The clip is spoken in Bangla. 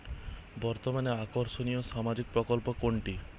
বর্তমানে আকর্ষনিয় সামাজিক প্রকল্প কোনটি?